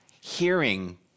hearing